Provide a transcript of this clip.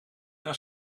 naar